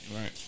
Right